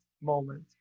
moment